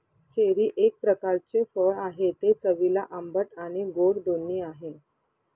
cherry एक प्रकारचे फळ आहे, ते चवीला आंबट आणि गोड दोन्ही आहे